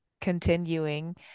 continuing